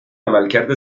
عملکرد